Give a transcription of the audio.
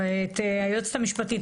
את היועצת המשפטית,